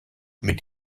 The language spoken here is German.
mit